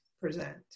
present